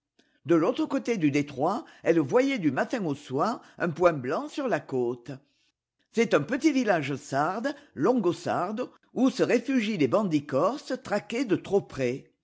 de l'autre coté du détroit elle voyait du matin au soir un pomt blanc sur la côte c'est un petit village sarde longosardo où se réfugient les bandits corses traqués de trop près